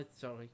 sorry